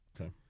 Okay